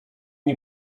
nie